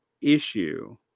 issue